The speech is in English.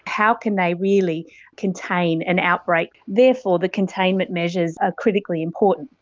how can they really contain an outbreak? therefore the containment measures are critically important.